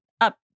up